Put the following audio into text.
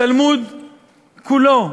התלמוד כולו,